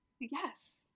Yes